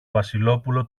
βασιλόπουλο